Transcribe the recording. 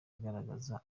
agaragaza